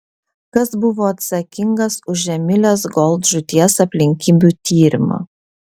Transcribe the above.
kas buvo atsakingas už emilės gold žūties aplinkybių tyrimą